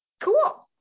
cool